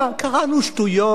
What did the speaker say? קראנו שטויות,